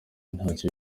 ntacyo